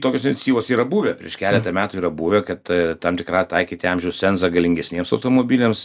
tokios iniciatyvos yra buvę prieš keletą metų yra buvę kad tam tikrą taikyti amžiaus cenzą galingesniems automobiliams